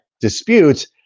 disputes